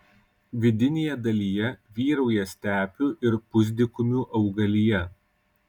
vidinėje dalyje vyrauja stepių ir pusdykumių augalija